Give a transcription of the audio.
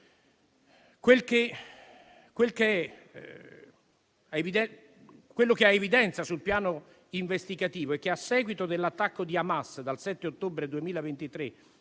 Quello che ha evidenza sul piano investigativo è che, a seguito dell'attacco di Hamas del 7 ottobre 2023